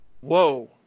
whoa